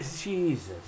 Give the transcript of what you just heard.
Jesus